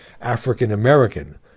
African-American